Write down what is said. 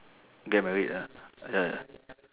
get married ah ya ya